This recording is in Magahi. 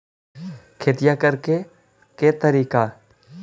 खेतिया करेके के तारिका?